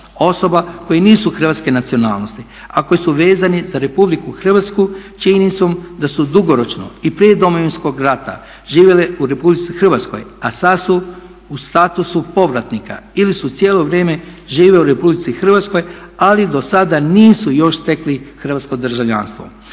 osoba koje nisu hrvatske nacionalnosti a koji su vezani za Republiku Hrvatsku činjenicom da su dugoročno i prije Domovinskog rata živjele u Republici Hrvatskoj, a sad su u statusu povratnika ili su cijelo vrijeme živjele u Republici Hrvatskoj, ali do sada nisu još stekli hrvatsko državljanstvo.